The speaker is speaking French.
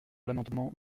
l’amendement